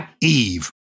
Eve